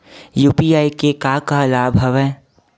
UPI के का का लाभ हवय?